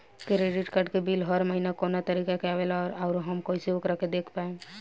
Credit card के bill हर महीना कौना तारीक के आवेला और आउर हम कइसे ओकरा के देख पाएम?